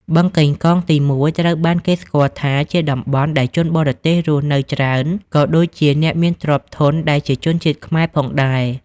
បឹងកេងកងទី១ ត្រូវបានគេស្គាល់ថាជាតំបន់ដែលជនបរទេសរស់នៅច្រើន ក៏ដូចជាអ្នកមានទ្រព្យធនដែលជាជនជាតិខ្មែរផងដែរ។